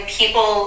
people